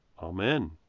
Amen